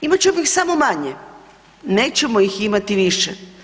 Imat ćemo ih samo manje, nećemo ih imati više.